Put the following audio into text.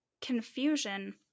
confusion